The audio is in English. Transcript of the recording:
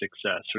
success